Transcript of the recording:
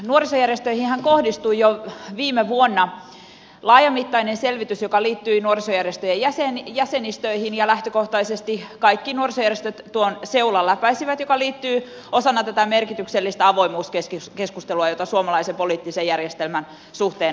nuorisojärjestöihinhän kohdistui jo viime vuonna laajamittainen selvitys joka liittyi nuorisojärjestöjen jäsenistöihin ja lähtökohtaisesti kaikki nuorisojärjestöt tuon seulan läpäisivät osana tätä merkityksellistä avoimuuskeskustelua jota suomalaisen poliittisen järjestelmän suhteen on käyty